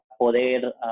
poder